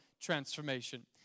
transformation